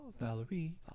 Valerie